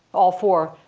all four,